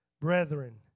brethren